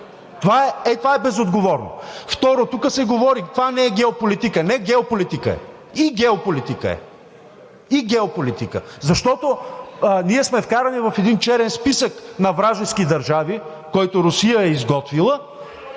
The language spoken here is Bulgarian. това е безотговорно! Второ, тук се говори – това не е геополитика. Не, геополитика е! И геополитика е! Защото ние сме вкарани в един черен списък на вражески държави, който Русия е изготвила,